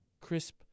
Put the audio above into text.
Crisp